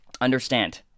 understand